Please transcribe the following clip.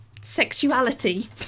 sexuality